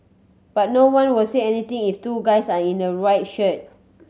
but no one will say anything if two guys are in white shirt